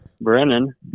Brennan